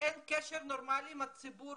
אין קשר נורמלי עם הציבור